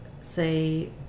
say